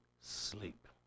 sleep